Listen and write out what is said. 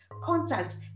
contact